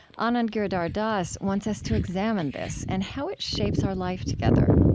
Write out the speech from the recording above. anand giridharadas wants us to examine this and how it shapes our life together.